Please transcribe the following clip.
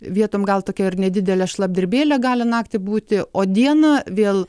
vietom gal tokia ir nedidelė šlapdribėlė gali naktį būti o dieną vėl